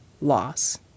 loss